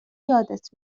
یادت